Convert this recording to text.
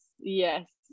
yes